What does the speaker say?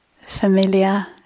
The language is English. familiar